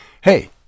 Hey